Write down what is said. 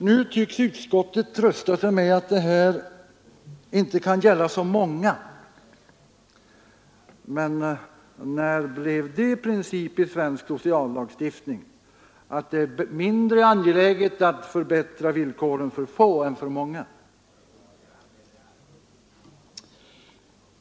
Nu tycks utskottet trösta sig med att det här inte kan gälla så många, men när blev det princip i svensk sociallagstiftning att det är mindre angeläget att förbättra villkoren för få än för många?